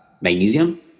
magnesium